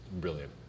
brilliant